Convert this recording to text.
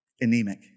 anemic